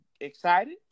excited